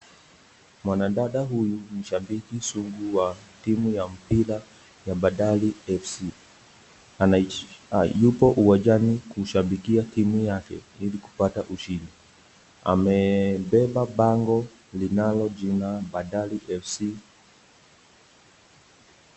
Mwanadada hiyu ni shabiki sugu wa timu ya mpira ya, bandari FC.Yuko uwanjani kuishabikia timu yake ili kupata ushindi. Amebeba bango linalo jina, bandari FC.